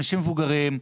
אנשים מבוגרים,